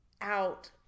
out